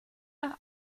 nach